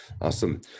awesome